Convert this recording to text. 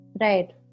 Right